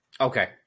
Okay